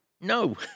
No